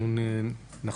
בוודאי שכן.